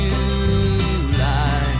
July